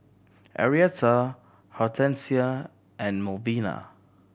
Arietta Hortensia and Melvina